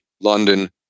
London